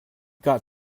got